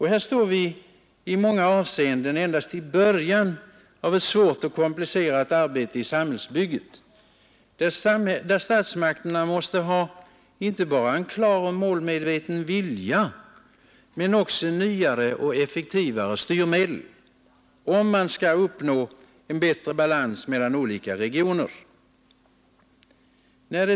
Här står vi i många avseenden endast i början av ett svårt och komplicerat arbete i samhällsbygget, där statsmakterna måste ha inte bara en klar och målmedveten vilja utan också nya och effektivare styrmedel, om man skall uppnå en bättre balans mellan olika regioner.